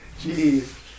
Jeez